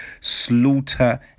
slaughter